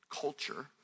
culture